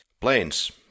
planes